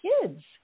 kids